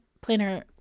planner